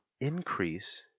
increase